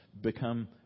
become